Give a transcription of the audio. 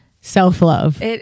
self-love